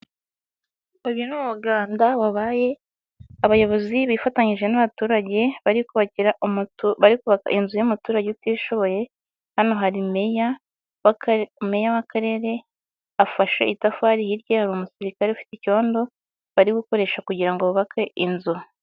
Uyu ni umuganda wabaye abayobozi bifatanyije n'abaturage bari kubakira bari kubaka inzu y'umuturage utishoboye hano hari meya w'akarere afashe itafari hirya hari umusirikare ufite icyondo bari gukoresha kugira bubake inzu.